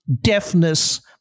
deafness